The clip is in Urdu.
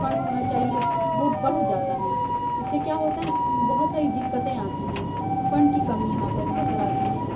فنڈ ہونا چاہیے وہ بڑھ جاتا ہے اس سے کیا ہوتا ہے بہت ساری دقتیں آتی ہیں فنڈ کی کمی یہاں پہ نظر آتی ہے